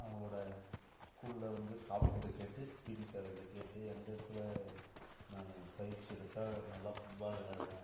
அவங்களோடய ஸ்கூலில் வந்து ஸ்டாஃப்கிட்டே கேட்டு பிடி சார்கிட்ட கேட்டு எந்த இடத்துல நான் பயிற்சி எடுத்தால் நல்லா ஃபுட்பால் விளையாடுவேன்